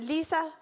Lisa